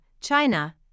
China